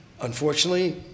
Unfortunately